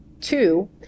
Two